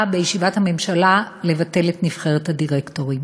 בישיבת הממשלה לבטל את נבחרת הדירקטורים.